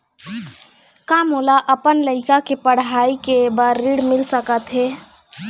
का मोला अपन लइका के पढ़ई के बर ऋण मिल सकत हे?